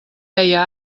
deia